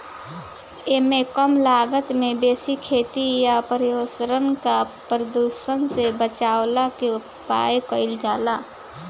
एमे कम लागत में बेसी खेती आ पर्यावरण के प्रदुषण से बचवला के उपाय कइल जाला